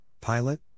Pilot